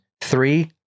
Three